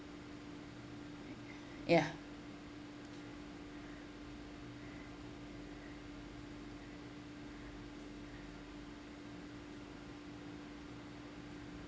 ya